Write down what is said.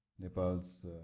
Nepal's